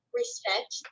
respect